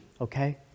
okay